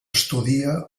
estudia